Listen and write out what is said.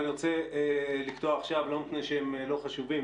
אני רוצה לקטוע עכשיו לא מפני שהם לא חשובים,